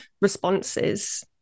responses